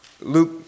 Luke